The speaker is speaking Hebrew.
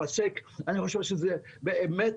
אני חושב שזה צריך להיפסק.